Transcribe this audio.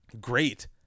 great